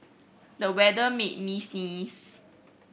the weather made me sneeze